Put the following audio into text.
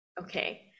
okay